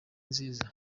nziza